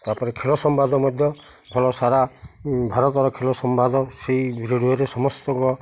ତା'ପରେ ଖେଳ ସମ୍ବାଦ ମଧ୍ୟ ଭଲ ସାରା ଭାରତର ଖେଳ ସମ୍ବାଦ ସେଇ ସମସ୍ତଙ୍କ